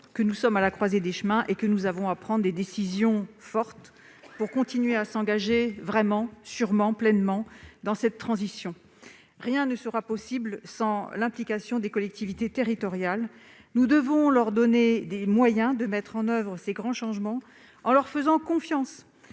d'être à la croisée des chemins : nous devons prendre des décisions fortes pour continuer à nous engager réellement, sûrement, pleinement dans cette transition. Rien ne sera possible sans l'implication des collectivités territoriales. Nous devons donc leur donner les moyens de mettre en oeuvre ces grands changements, en leur faisant confiance,